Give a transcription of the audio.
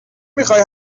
میخای